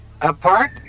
Apart